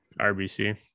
RBC